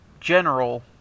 general